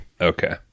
Okay